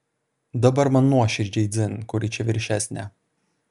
dabar man nuoširdžiai dzin kuri čia viršesnė